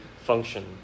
function